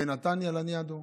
בנתניה, לניאדו,